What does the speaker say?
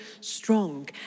strong